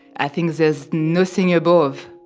i think there's nothing above.